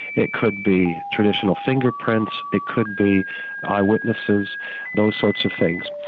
it could be traditional fingerprints, it could be eye witnesses those sorts of things.